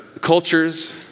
cultures